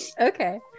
Okay